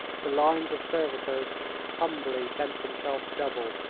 the lines of servitors humbly bent themselves double.